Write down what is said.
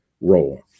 role